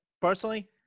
Personally